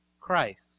Christ